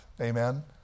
Amen